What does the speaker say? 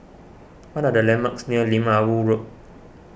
what are the landmarks near Lim Ah Woo Road